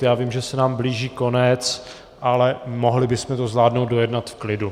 Já vím, že se nám blíží konec, ale mohli bychom to zvládnout dojednat v klidu.